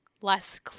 less